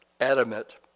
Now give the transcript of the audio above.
adamant